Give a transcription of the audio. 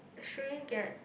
should we get